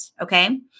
okay